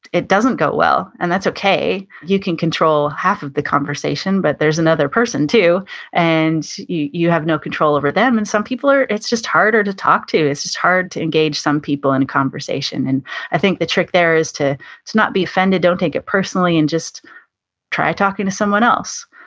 it doesn't go well and that's okay. you can control half of the conversation, but there's another person too and you have no control over them and some people are, it's just harder to talk to it's just hard to engage some people in conversation. and i think the trick there is to to not be offended, don't take it personally and just try talking to someone else.